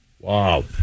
Wow